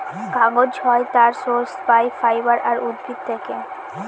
কাগজ হয় তার সোর্স পাই ফাইবার আর উদ্ভিদ থেকে